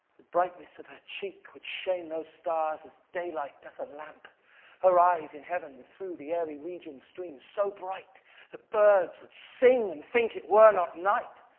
the brightness of her cheek would shame those stars, as daylight doth a lamp her eyes in heaven would through the airy region stream so bright that birds would sing and think it were not night.